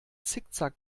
zickzack